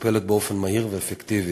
ומטופלת באופן מהיר ואפקטיבי.